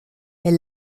est